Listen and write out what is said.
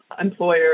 employer